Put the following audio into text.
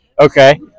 Okay